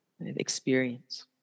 experience